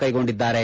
ಕೈಗೊಂಡಿದ್ದಾರೆ